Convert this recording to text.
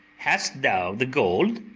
hast thou the gold